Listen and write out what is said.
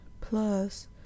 Plus